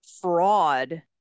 fraud